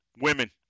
women